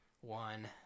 one